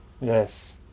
Yes